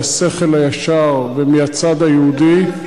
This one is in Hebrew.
מהשכל הישר ומהצד היהודי,